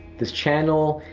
this channel,